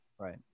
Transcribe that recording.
right